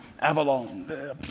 Avalon